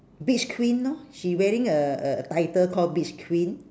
beach queen lor she wearing a a a title call beach queen